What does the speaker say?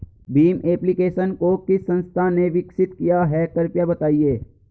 Bhim application को किस संस्था ने विकसित किया है कृपया बताइए?